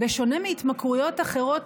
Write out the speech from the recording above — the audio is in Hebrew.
בשונה מהתמכרויות אחרות,